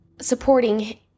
supporting